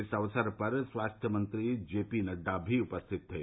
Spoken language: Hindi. इस अवसर पर स्वास्थ्य मंत्री जे पी नड्डा भी उपस्थित थे